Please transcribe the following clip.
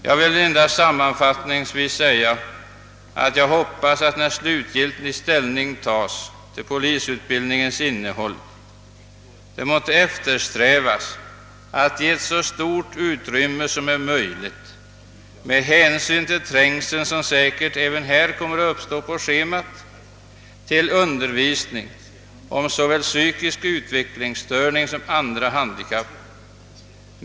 Jag vill endast sammanfattningsvis säga att jag hoppas, att när slutgiltig ställning tas till polisutbildningens innehåll det måtte eftersträvas att ge så stort utrymme som är möjligt med hänsyn till den trängsel, som även här säkert kommer att uppstå på schemat, för undervisning om såväl psykisk utvecklingsstörning som andra handikapp.